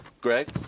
Greg